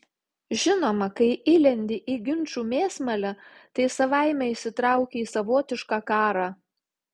žinoma kai įlendi į ginčų mėsmalę tai savaime įsitrauki į savotišką karą